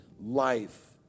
life